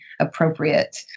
appropriate